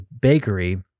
bakery